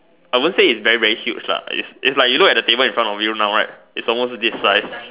I won't say it's very very huge lah it's it's like you look at the table in front of you now right it's almost this size